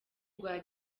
rwa